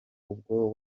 uwo